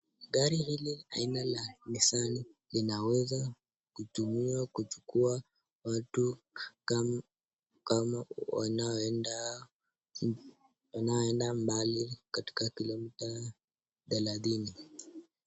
Gari hili aina ya nissan linaweza kuchukua watu kama wanao enda mbali katika kilomita thelathini.